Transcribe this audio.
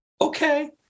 okay